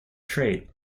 trade